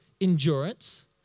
endurance